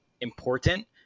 important